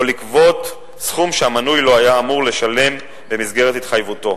לגבות סכום שהמנוי לא היה אמור לשלם במסגרת התחייבותו.